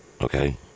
okay